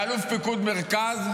אלוף פיקוד מרכז,